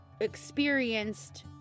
experienced